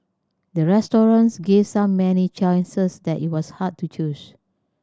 the restaurant gave so many choices that it was hard to choose